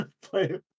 play